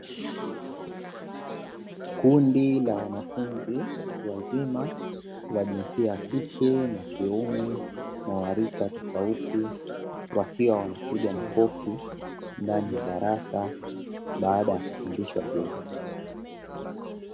Kundi la wanafunzi wazima wa jinsia ya kike na kiume, na wa rika tofauti, wakiwa wanapiga makofi, ndani ya darasa, baada ya kufundishwa vyema.